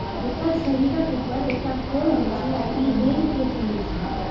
एकर शरीरक ऊपर एकटा खोल होइ छै आ ई रेंग के चलै छै